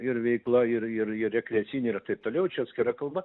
ir veikla ir ir ir rekreacinė ir taip toliau čia atskira kalba